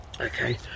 okay